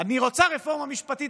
אני רוצה רפורמה משפטית,